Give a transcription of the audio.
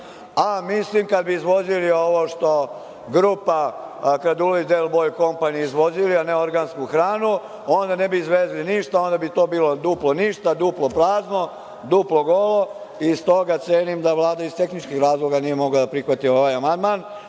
a mislim kad bismo izvozili ovo što grupa Radulović Del Boj kompani izvozi, a ne organsku hranu, onda ne bi izvezli ništa, onda bi to bilo duplo ništa, duplo prazno, duplo golo i iz toga cenim da Vlada iz tehničkih razloga nije mogla da prihvati ovaj amandman.